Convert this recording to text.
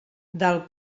del